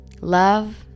love